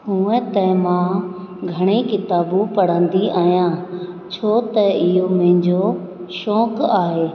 हुंअ त मां घणेई किताबूं पढ़ंदी आहियां छो त इहो मुंहिंजो शौक़ु आहे